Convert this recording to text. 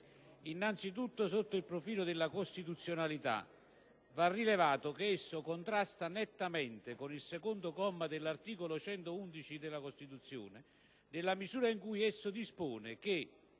Innanzi tutto, sotto il profilo della costituzionalità va rilevato che esso contrasta nettamente con il secondo comma dell'articolo 111 della Costituzione nella misura in cui quest'ultimo dispone che